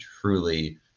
truly